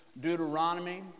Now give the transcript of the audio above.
Deuteronomy